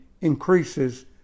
increases